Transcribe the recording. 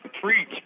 Preach